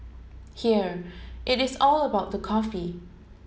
here it is all about the coffee